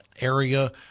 area